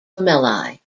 lamellae